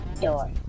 Door